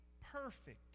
perfect